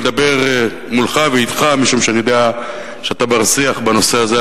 לדבר מולך ואתך משום שאני יודע שאתה בר-שיח בנושא הזה,